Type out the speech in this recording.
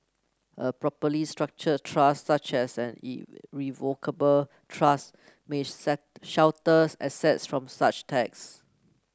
a properly structured trust such as an irrevocable trust may set shelter assets from such tax